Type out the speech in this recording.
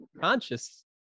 conscious